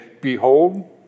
behold